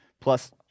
Plus